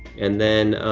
and then,